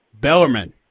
Bellerman